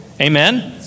Amen